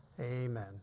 amen